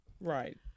right